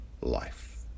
life